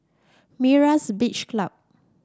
Myra's Beach Club